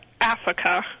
Africa